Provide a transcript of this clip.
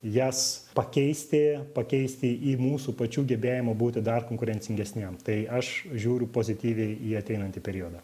jas pakeisti pakeisti į mūsų pačių gebėjimą būti dar konkurencingesniem tai aš žiūriu pozityviai į ateinantį periodą